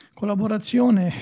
collaborazione